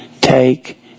take